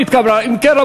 כן,